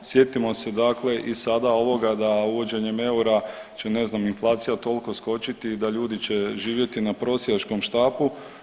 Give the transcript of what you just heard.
Sjetimo se dakle i sada ovoga da uvođenjem eura će ne znam inflacija toliko skočiti da ljudi će živjeti na prosjačkom štapu.